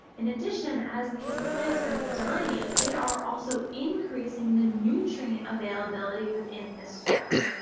in addition, as these plants are dying, they are also increasing the nutrient availability within this soil.